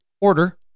order